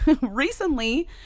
Recently